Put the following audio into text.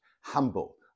humble